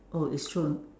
oh it's true